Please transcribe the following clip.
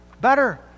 better